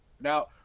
Now